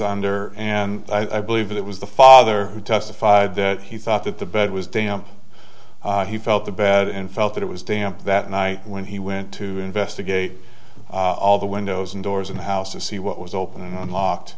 under and i believe it was the father who testified that he thought that the bed was damp he felt the bed and felt that it was damp that night when he went to investigate all the windows and doors in the house to see what was open and locked